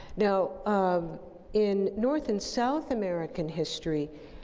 now, um in north and south american history,